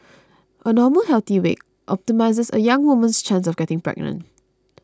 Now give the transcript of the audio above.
a normal healthy weight optimises a young woman's chance of getting pregnant